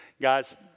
Guys